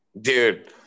Dude